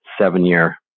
seven-year